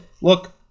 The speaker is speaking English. look